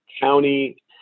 county